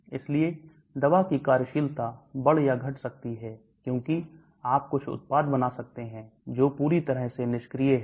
इसलिए दवा की कार्यशीलता बढ़ या घट सकती है क्योंकि आप कुछ उत्पाद बना सकते हैं जो पूरी तरह से निष्क्रिय हैं